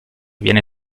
viene